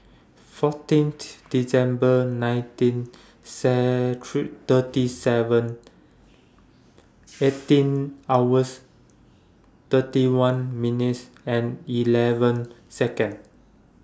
fourteen December nineteen thirty seven eighteen hours thirty one minutes eleven Seconds